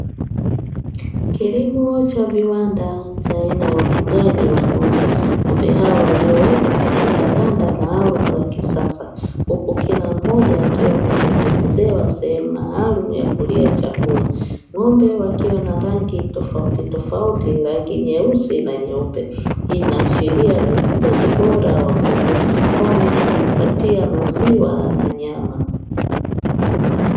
Kilimo cha viwanda cha aina ya ufugaji wa ng'ombe. Ng'ombe hao waliowekwa katika banda maalumu la kisasa, huku kila mmoja akiwa ametengenezewa sehemu maalumu ya kulia chakula. Ng'ombe wakiwa na rangi tofautitofauti, rangi nyeusi na nyeupe; hii inaashiria ni ufugaji bora wa ng'ombe kwani hutupatia maziwa na nyama.